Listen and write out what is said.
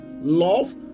love